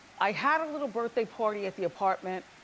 i had a little birthday party at the apartment,